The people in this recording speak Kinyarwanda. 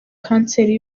kanseri